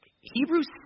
Hebrews